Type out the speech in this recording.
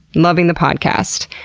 loving the podcast.